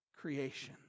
creation